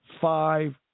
five